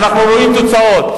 ואנחנו רואים תוצאות.